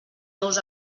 nous